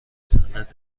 صنعت